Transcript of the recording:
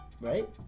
Right